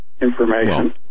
information